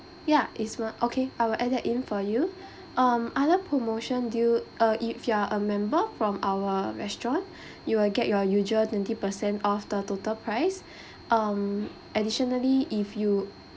ya is one okay I will add that in for you um other promotion do you uh if you are a member from our restaurant you will get your usual twenty percent off the total price um additionally if you